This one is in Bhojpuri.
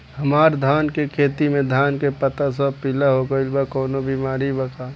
हमर धान के खेती में धान के पता सब पीला हो गेल बा कवनों बिमारी बा का?